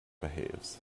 behaves